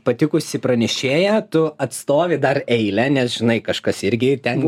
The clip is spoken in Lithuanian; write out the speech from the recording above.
patikusį pranešėją tu atstovi dar eilę nes žinai kažkas irgi ten